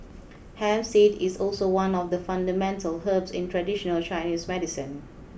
hemp seed is also one of the fundamental herbs in traditional Chinese medicine